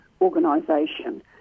organisation